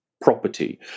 property